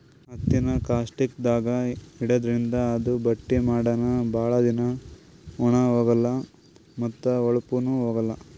ಹತ್ತಿನಾ ಕಾಸ್ಟಿಕ್ದಾಗ್ ಇಡಾದ್ರಿಂದ ಅದು ಬಟ್ಟಿ ಮಾಡನ ಭಾಳ್ ದಿನಾ ಬಣ್ಣಾ ಹೋಗಲಾ ಮತ್ತ್ ಹೋಳಪ್ನು ಹೋಗಲ್